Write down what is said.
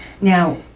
now